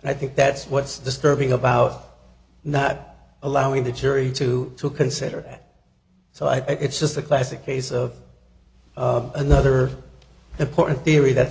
and i think that's what's disturbing about not allowing the jury to to consider that so i think it's just a classic case of another important theory that the